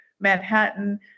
Manhattan